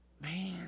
man